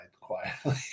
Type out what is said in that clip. quietly